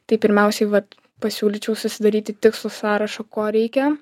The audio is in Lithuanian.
tai pirmiausiai vat pasiūlyčiau susidaryti tikslų sąrašą ko reikia